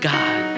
God